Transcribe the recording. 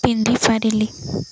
ପିନ୍ଧିପାରିଲି